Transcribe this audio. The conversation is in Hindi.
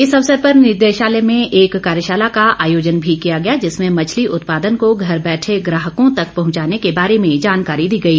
इस अवसर पर निदेशालय में एक कार्यशाला का आयोजन भी किया गया जिसमें मछली उत्पादन को घर बैठे ग्राहकों तक पहुंचाने के बारे में जानकारी दी गई